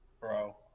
bro